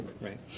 right